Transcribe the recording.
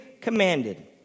commanded